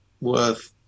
worth